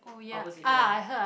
opposite here